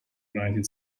united